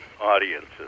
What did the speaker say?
audiences